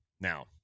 Now